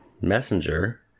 Messenger